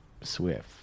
swift